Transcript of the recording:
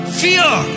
fear